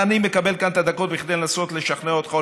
אני מקבל את כאן את הדקות כדי לנסות לשכנע אותך,